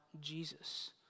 Jesus